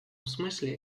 смысле